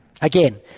Again